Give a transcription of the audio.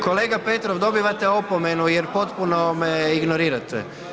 Kolega Petrov, dobivate opomenu jer potpuno me ignorirate.